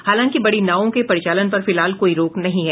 हालांकि बड़ी नावों के परिचालन पर फिलहाल कोई रोक नहीं है